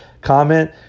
comment